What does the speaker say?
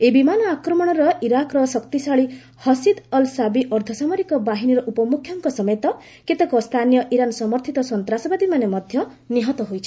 ଏହି ବିମାନ ଆକ୍ରମଣର ଇରାକ୍ର ଶକ୍ତିଶାଳୀ ହସିଦ୍ ଅଲ୍ ସାବି ଅର୍ଦ୍ଧସାମରିକ ବାହିନୀର ଉପମୁଖ୍ୟଙ୍କ ସମେତ କେତେକ ସ୍ଥାନୀୟ ଇରାନ୍ ସମର୍ଥୀତ ସନ୍ତ୍ରାସବାଦୀମାନେ ମଧ୍ୟ ନିହତ ହୋଇଛନ୍ତି